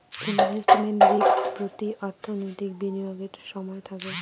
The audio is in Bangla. ইনভেস্টমেন্ট রিস্ক প্রতি অর্থনৈতিক বিনিয়োগের সময় থাকে